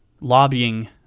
lobbying